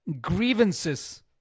grievances